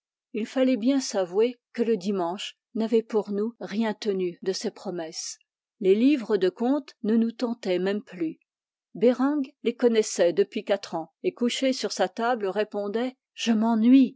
il fallait bien s'avouer que le dimanche n'avait pour nous rien tenu de ses promesses les livres de contes ne nous tentaient même plus bereng les connaissait depuis quatre ans et couché sur sa table répondait je m'ennuie